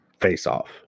face-off